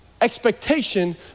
expectation